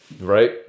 Right